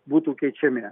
būtų keičiami